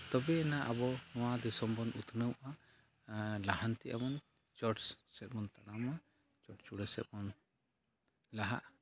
ᱛᱚᱵᱮᱭᱮᱱᱟ ᱟᱵᱚ ᱱᱚᱣᱟ ᱫᱤᱥᱚᱢ ᱵᱚᱱ ᱩᱛᱱᱟᱹᱣᱟ ᱞᱟᱦᱟᱱᱛᱤᱜ ᱟᱵᱚᱱ ᱪᱚᱴ ᱥᱮᱫᱵᱚᱱ ᱛᱟᱲᱟᱢᱟ ᱪᱚᱴ ᱪᱩᱲᱟᱹ ᱥᱮᱫᱵᱚᱱ ᱞᱟᱦᱟᱜᱼᱟ